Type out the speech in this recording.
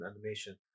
animation